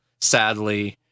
sadly